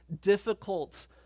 difficult